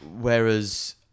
Whereas